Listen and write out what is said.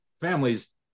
families